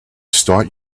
start